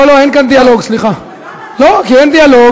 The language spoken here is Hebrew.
יש דיון מעניין, אל, לא לא, אין כאן דיאלוג,